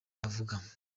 bavuga